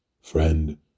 Friend